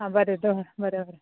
आं बरें दवर बरें बरें